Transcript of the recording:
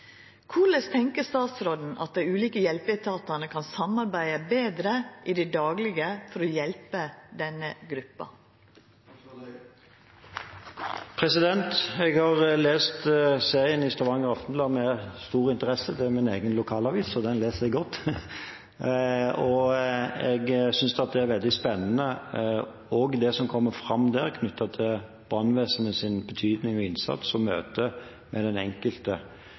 tenker statsråden at dei ulike hjelpeetatane kan samarbeide betre i det daglege for å hjelpe denne gruppa?» Jeg har lest serien i Stavanger Aftenblad med stor interesse. Det er min egen lokalavis, så den leser jeg godt! Jeg synes det er veldig spennende det som kommer fram der om brannvesenets betydning og innsats, og møtet med den enkelte.